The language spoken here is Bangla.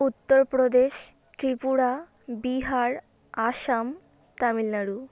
উত্তর প্রদেশ ত্রিপুরা বিহার আসাম তামিলনাড়ু